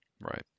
right